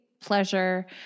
pleasure